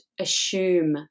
assume